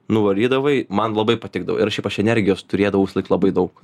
nuvarydavai man labai patikdavo ir aš šiaip aš energijos turėdavau visąlaik labai daug